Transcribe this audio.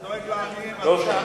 בעליות,